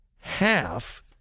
half